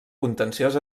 contenciós